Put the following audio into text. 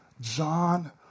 John